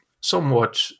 somewhat